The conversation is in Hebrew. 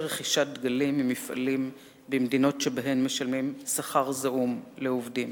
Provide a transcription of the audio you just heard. רכישת דגלים ממפעלים במדינות שבהן משלמים שכר זעום לעובדים.